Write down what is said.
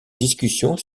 discussions